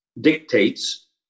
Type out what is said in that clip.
dictates